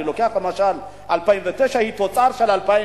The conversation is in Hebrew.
אם אני לוקח למשל את 2009, היא תוצאה של 2008,